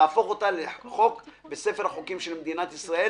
נהפוך אותה לחוק בספר החוקים של מדינת ישראל,